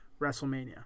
WrestleMania